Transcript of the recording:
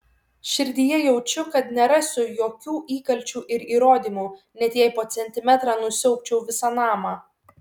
širdyje jaučiu kad nerasiu jokių įkalčių ir įrodymų net jei po centimetrą nusiaubčiau visą namą